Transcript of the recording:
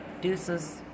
Deuces